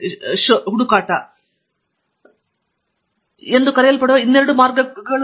ಹಿಂದುಳಿದ ಕಾಲಾನುಕ್ರಮದ ಶೋಧನೆ ಮತ್ತು ಮುಂಚಿನ ಕಾಲಾನುಕ್ರಮದ ಹುಡುಕಾಟ ಎಂದು ಕರೆಯಲ್ಪಡುವ ಇನ್ನೆರಡು ಮಾರ್ಗಗಳು ಕೂಡಾ ಹುಡುಕಲ್ಪಟ್ಟಿವೆ